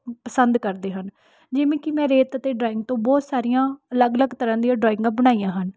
ਪਸੰਦ ਕਰਦੇ ਹਨ ਜਿਵੇਂ ਕਿ ਮੈਂ ਰੇਤ 'ਤੇ ਡਰਾਇੰਗ ਤੋਂ ਬਹੁਤ ਸਾਰੀਆਂ ਅਲੱਗ ਅਲੱਗ ਤਰ੍ਹਾਂ ਦੀਆਂ ਡਰਾਇੰਗਾਂ ਬਣਾਈਆਂ ਹਨ